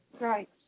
Right